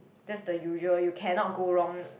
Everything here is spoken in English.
that's the usual you can not go wrong